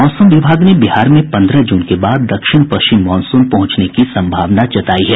मौसम विभाग ने बिहार में पन्द्रह जून के बाद दक्षिण पश्चिम मॉनसून पहंचने की संभावना जतायी है